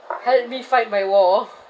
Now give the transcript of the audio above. help me fight my war